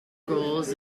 goals